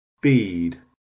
bead